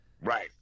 Right